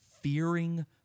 fearing